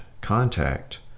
contact